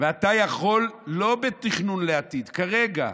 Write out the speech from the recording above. ואתה יכול, לא בתכנון לעתיד, כרגע,